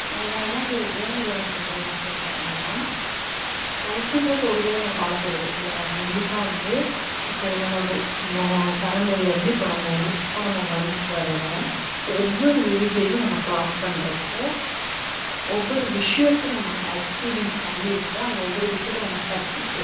நான் என்ன சொல்லன ஏன் இதை சொல்லுறன் ஃபர்ஸ்ட் எடுத்தோன அப்படினா லைஃப்ன்றது ஒரு தடவை நம்ம வாழப்போகறது இல்லையா கண்டிப்பாக வந்து இப்போ நம்ம நம்ம பிறந்ததுலருந்து இப்போ நம்ம வந்து இப்போ நம்ம வளர்ந்துட்டு வர ஒவ்வொரு ஏஜையும் நம்ம க்ராஸ் பண்ணுறப்போ ஒவ்வொரு விஷயத்த நம்ம எக்ஸ்பிரியன்ஸ் பண்ணிருப்போம் அண்ட் ஒவ்வொரு விஷயத்த நம்ம கற்றுட்டுருப்போம்